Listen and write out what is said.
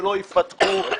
שלא יפתחו?